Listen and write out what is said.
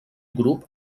grup